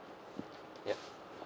yup